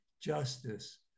justice